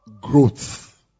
growth